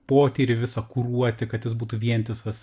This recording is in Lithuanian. potyrį visą kuruoti kad jis būtų vientisas